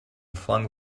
flung